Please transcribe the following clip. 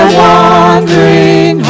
wandering